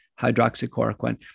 hydroxychloroquine